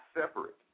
separate